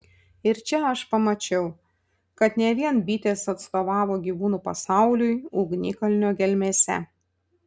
ir čia aš pamačiau kad ne vien bitės atstovavo gyvūnų pasauliui ugnikalnio gelmėse